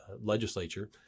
legislature